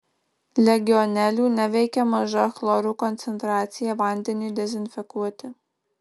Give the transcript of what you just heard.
legionelių neveikia maža chloro koncentracija vandeniui dezinfekuoti